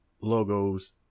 logos